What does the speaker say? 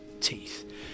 teeth